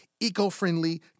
eco-friendly